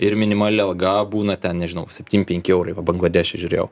ir minimali alga būna ten nežinau septym penki eurai bangladeše žiūrėjau